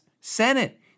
Senate